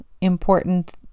important